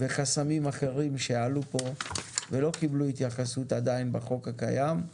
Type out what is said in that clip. וחסמים אחרים שעלו פה ועדיין לא קיבלו התייחסות בחוק הקיים.